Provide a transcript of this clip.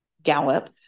Gallup